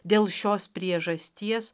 dėl šios priežasties